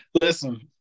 Listen